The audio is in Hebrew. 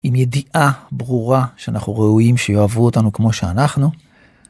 עם ידיעה ברורה שאנחנו ראויים שיאהבו אותנו כמו שאנחנו.